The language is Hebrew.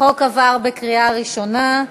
החוק עבר בקריאה ראשונה,